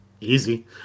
easy